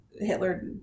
Hitler